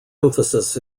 emphasis